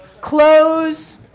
Clothes